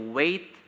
wait